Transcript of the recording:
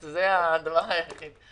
אז רצו